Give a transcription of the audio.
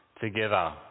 together